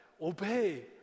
obey